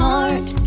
heart